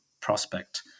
prospect